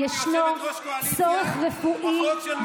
אינו נוכח דוד ביטן,